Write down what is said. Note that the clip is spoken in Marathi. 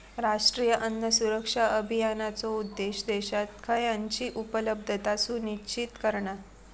राष्ट्रीय अन्न सुरक्षा अभियानाचो उद्देश्य देशात खयानची उपलब्धता सुनिश्चित करणा